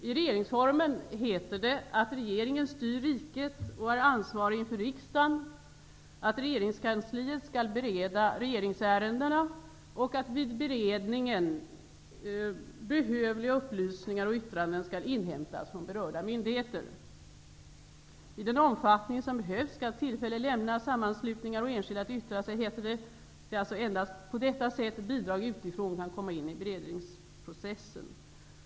I regeringsformen heter det att regeringen styr riket, är ansvarig inför riksdagen, att regeringskansliet skall bereda regeringsärendena och att vid beredningen skall behövliga upplysningar och yttranden inhämtas från berörda myndigheter. I den omfattning som behövs skall tillfälliga sammanslutningar och enskilda yttra sig. Det är endast på detta sätt bidrag utifrån kan komma in i beredningsprocessen.